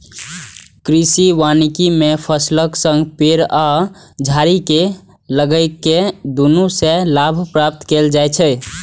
कृषि वानिकी मे फसलक संग पेड़ आ झाड़ी कें लगाके दुनू सं लाभ प्राप्त कैल जाइ छै